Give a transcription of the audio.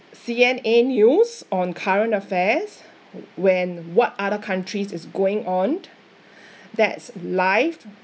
C_N_A news on current affairs when what other countries is going on that's live